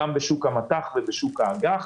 גם בשוק המט"ח וגם בשוק האג"ח.